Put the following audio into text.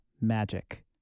magic